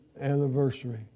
anniversary